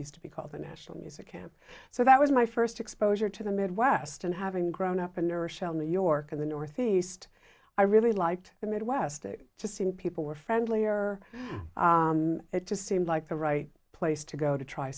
used to be called the national music camp so that was my first exposure to the midwest and having grown up a nurse shell new york in the northeast i really liked the midwest it just seemed people were friendlier it just seemed like the right place to go to try